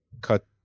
cut